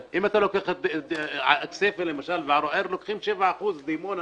אם למשל כסייפא וערוער לוקחים שבעה אחוזים ודימונה